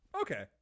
Okay